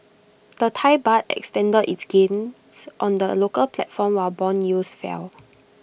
the Thai Baht extended its gains on the local platform while Bond yields fell